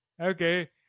Okay